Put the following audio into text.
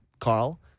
Carl